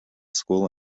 school